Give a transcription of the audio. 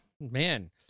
man